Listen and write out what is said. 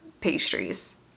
pastries